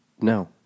No